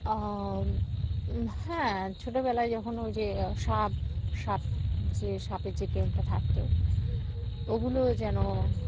হ্যাঁ ছোটোবেলায় যখন ওই যে সাপ সাপ যে সাপের যে গেমটা থাকতো ওগুলো যেন